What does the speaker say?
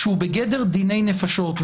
שהוא בגדר דיני נפשות.